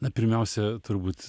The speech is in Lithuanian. na pirmiausia turbūt